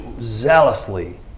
zealously